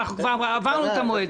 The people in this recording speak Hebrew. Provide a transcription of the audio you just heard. אנחנו כבר עברנו את המועד.